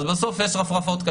אז בסוף יש רפרפות.